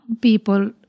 people